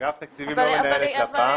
אגף תקציבים לא מנהל את לפ"ם.